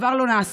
דבר לא נעשה.